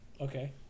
Okay